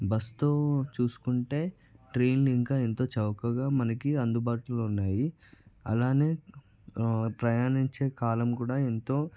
బస్సుతో చూసుకుంటే ట్రైన్లు ఇంకా ఎంతో చౌకగా మనకి అందుబాటులో ఉన్నాయి అలానే ప్రయాణించే కాలం కూడా ఎంతో